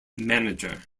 manager